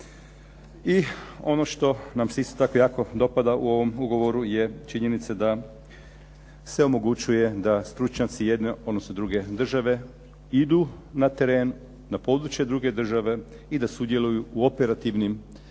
i ono što nam se isto tako jako dopada u ovom ugovoru je činjenica da se omogućuje da stručnjaci jedne, odnosno druge države idu na teren na područje druge države i da sudjeluju u operativnim